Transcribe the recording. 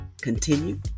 continue